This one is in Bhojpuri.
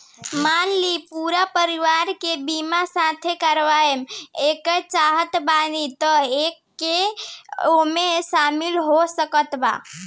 मान ली पूरा परिवार के बीमाँ साथे करवाए के चाहत बानी त के के ओमे शामिल हो सकत बा?